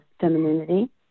femininity